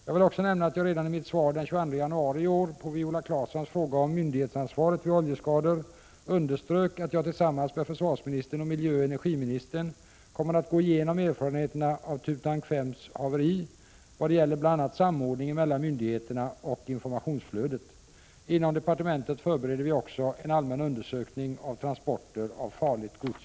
Jag vill också nämna att jag redan i mitt svar den 22 januari i år på Viola Claessons fråga om myndighetsansvaret vid oljeskador underströk att jag tillsammans med försvarsministern och miljöoch energiministern kommer att gå igenom erfarenheterna av Thuntank 5:s haveri vad gäller bl.a. samordningen mellan myndigheterna och informationsflödet. Inom departementet förbereder vi också en allmän undersökning av transporter av farligt gods.